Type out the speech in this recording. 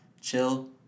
Chill